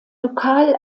lokal